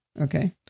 Okay